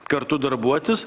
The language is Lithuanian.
kartu darbuotis